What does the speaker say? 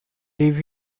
leave